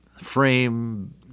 frame